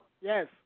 Yes